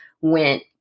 went